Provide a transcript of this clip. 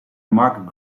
mark